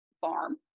farm